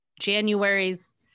January's